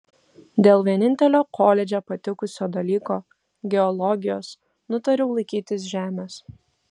dėl vienintelio koledže patikusio dalyko geologijos nutariau laikytis žemės